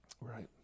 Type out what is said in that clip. Right